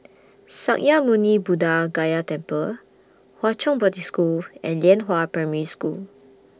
Sakya Muni Buddha Gaya Temple Hwa Chong Boarding School and Lianhua Primary School